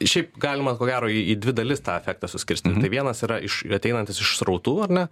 šiaip galima ko gero į dvi dalis tą efektą suskirstyt tai vienas yra iš ateinantis iš srautų ar ne